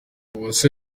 uwase